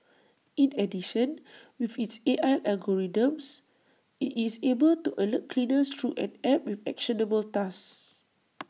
in addition with its A I algorithms IT is able to alert cleaners through an app with actionable tasks